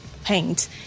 paint